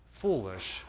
foolish